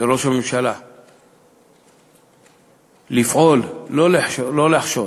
לראש הממשלה, לפעול, לא לחשוש,